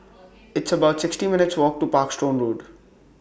It's about sixty minutes' Walk to Parkstone Road